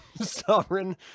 Sovereign